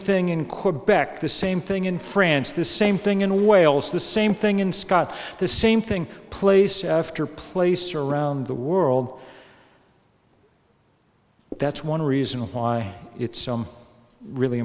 thing in quebec the same thing in france the same thing and wales the same thing in scott the same thing place after place around the world that's one reason why it's really